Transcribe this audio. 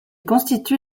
constitue